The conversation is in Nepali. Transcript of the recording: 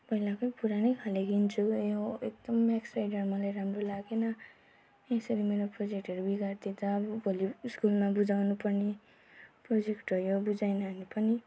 पहिलाकै पुरानै खाले किन्छु यो एकदम मेक्सराइटर मलाई राम्रो लागेन यसरी मेरो प्रोजेक्टहरू बिगारि दिँदा अब भोलि स्कुलमा बुझाउनु पर्ने प्रोजेक्ट हो यो बुझाइन भने पनि